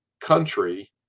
country